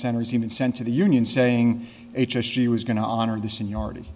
centers even sent to the union saying h s she was going to honor the seniority